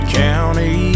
county